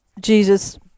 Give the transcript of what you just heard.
Jesus